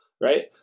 right